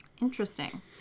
Interesting